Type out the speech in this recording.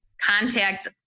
contact